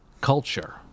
culture